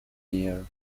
here